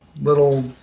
little